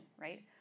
right